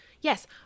yes